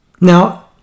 Now